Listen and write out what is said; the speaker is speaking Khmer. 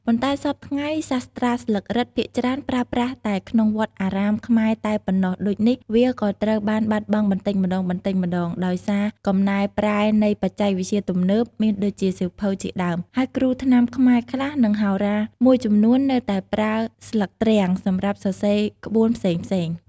ប៉ុន្តែសព្វថ្ងៃសាស្រ្តាស្លឹករឹតភាគច្រើនប្រើប្រាស់តែក្នុងវត្តអារាមខ្មែរតែប៉ុណ្ណោះ ដូចនេះ វាក៏ត្រូវបានបាត់បង់បន្តិចម្តងៗ ដោយសារកំណែប្រែនៃបច្ចេកវិទ្យាទំនើប មាន ដូចជាសៀវភៅជាដើម ហើយគ្រូថ្នាំខ្មែរខ្លះ និងគ្រូហោរាមួយចំនួននៅតែប្រើស្លឹកទ្រាំងសម្រាប់សរសេរក្បួនផ្សេងៗ។